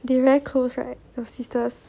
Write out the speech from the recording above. they very close right your sisters